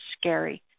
scary